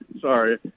sorry